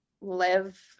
live